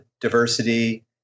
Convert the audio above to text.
diversity